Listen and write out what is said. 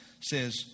says